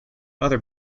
other